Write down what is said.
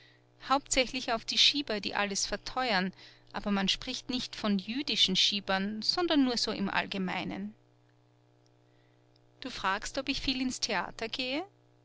hauptsächlich auf die schieber die alles verteuern aber man spricht nicht von jüdischen schiebern sondern nur so im allgemeinen du fragst ob ich viel ins theater gehe